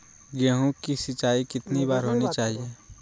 गेहु की सिंचाई कितनी बार होनी चाहिए?